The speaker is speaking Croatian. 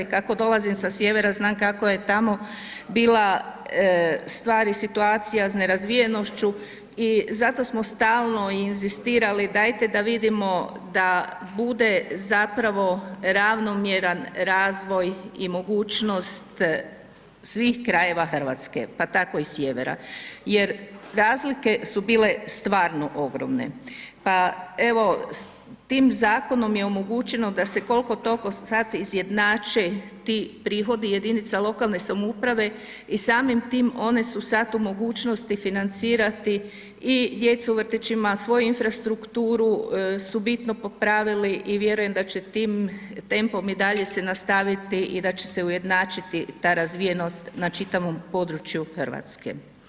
Kako dolazim sa sjevera, znam kako je tamo bila stvar i situacija s nerazvijenošću i zato smo stalno i inzistirali, dajte da vidimo da bude zapravo ravnomjeran razvoj i mogućnost svih krajeva RH, pa tako i sjevera jer razlike su bile stvarno ogromne, pa evo tim zakonom je omogućeno da se kolko tolko sad izjednače ti prihodi jedinica lokalne samouprave i samim tim one su sad u mogućnosti financirati i djecu u vrtićima, svoju infrastrukturu su bitno popravili i vjerujem da će tim tempom i dalje se nastaviti i da će se ujednačiti ta razvijenost na čitavom području RH.